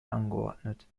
angeordnet